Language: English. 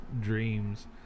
dreams